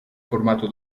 formato